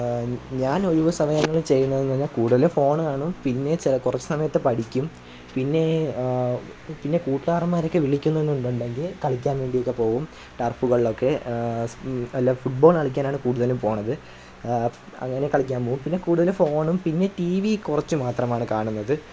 ഞാൻ ഒഴിവ് സമയങ്ങളിൽ ചെയ്യുന്നതെന്ന് പറഞ്ഞാൽ കൂട്തലും ഫോണ് കാണും പിന്നെ കുറച്ച് സമയത്ത് പഠിക്കും പിന്നെ പിന്നെ കൂട്ടുകാരന്മാരൊക്കെ വിളിക്കുന്നു എന്നുണ്ടെങ്കിൽ കളിക്കാൻ വേണ്ടിയൊക്കെ പോകും ടറഫുകളിലൊക്കെ ഫുട്ബോൾ കളിക്കാനാണ് കൂടുതലും പോകുന്നത് അങ്ങനെ കളിക്കാൻ പോകും പിന്നെ കൂടുതലും ഫോണും പിന്നെ ടിവി കുറച്ച് മാത്രമാണ് കാണുന്നത്